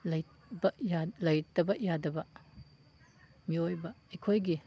ꯂꯩꯇꯕ ꯌꯥꯗꯕ ꯃꯤꯑꯣꯏꯕ ꯑꯩꯈꯣꯏꯒꯤ